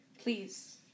please